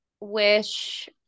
wish